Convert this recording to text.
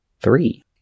three